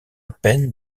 peine